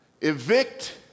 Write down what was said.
Evict